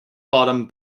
bottom